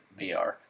VR